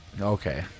Okay